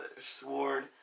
sword